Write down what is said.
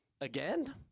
again